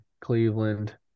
Cleveland